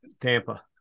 Tampa